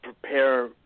prepare